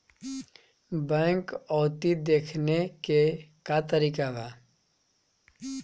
Bank पवती देखने के का तरीका बा?